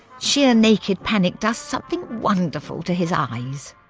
sheer naked panic does something wonderful to his eyes.